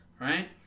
Right